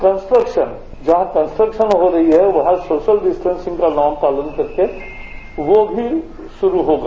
contraction जहां construction हो रही है वहां सोशल डिस्टेसिंग का नॉम पालन करके वो भी शुरू होगा